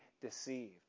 deceived